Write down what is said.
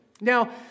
Now